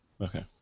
Okay